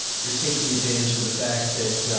you're taking advantage of the fact that, ah,